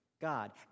god